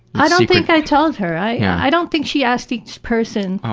i don't think i told her. i yeah i don't think she asked each person.